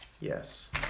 Yes